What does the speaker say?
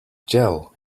gel